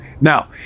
Now